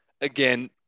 again